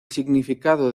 significado